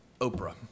Oprah